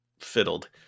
fiddled